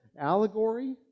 allegory